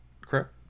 correct